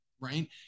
right